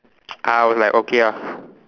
I was like okay ah